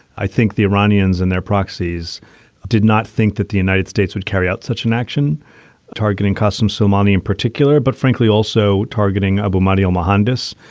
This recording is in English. i think the iranians and their proxies did not think that the united states would carry out such an action targeting custom sumana in particular, but frankly also targeting a bowmanville mohandas,